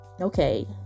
okay